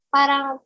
Parang